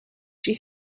she